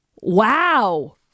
Wow